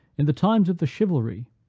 in the times of the chivalry,